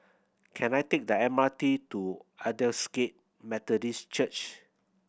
can I take the M R T to Aldersgate Methodist Church